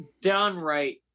downright